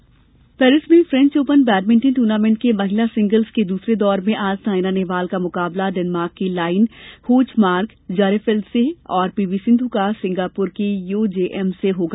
badminton Paris में French Open badminton tournament के महिला सिंगल्स के दूसरे दौर में आज सायना नेहवाल का मुकाबला डेनमार्क की लाइन होजमार्क जारेफेल्द से और पीवी सिंध्र का सिंगापुर की यो जेएम से होगा